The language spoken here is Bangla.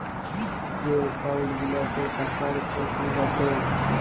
যে এক্কাউল্ট গিলাতে টাকার উপর সুদ আসে